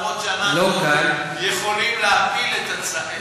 למרות שאנחנו יכולים להפיל את ההצעה.